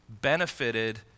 benefited